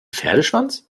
pferdeschwanz